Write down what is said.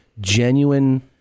genuine